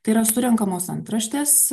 tai yra surenkamos antraštės